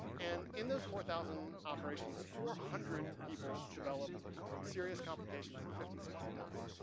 and in those four thousand operations, four hundred people developed serious complications and fifty six died.